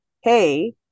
Hey